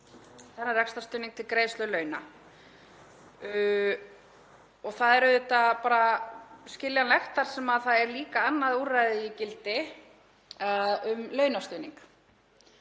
rekstrarstuðning til greiðslu launa. Það er auðvitað bara skiljanlegt þar sem það er líka annað úrræði í gildi um launastuðning